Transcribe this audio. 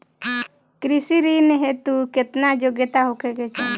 कृषि ऋण हेतू केतना योग्यता होखे के चाहीं?